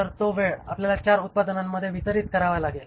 तर तो वेळ आपल्याला ४ उत्पादनांमध्ये वितरित करावा लागेल